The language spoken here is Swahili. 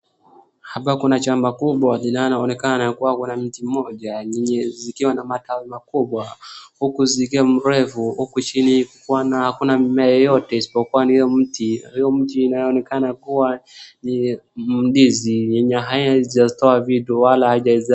Hapa kuna shamba kuwa linaloonekana kwamba kuna mti mmoja yenye zikiwa na matawi makubwa huku zikiwa mrefu huku chini hakuna mimea yoyote isipokuwa ni hiyo mti ,hiyo mti inaonekana kuwa ni ndizi yenye haijatoa vitu wala haijazaa.